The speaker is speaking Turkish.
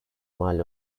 mal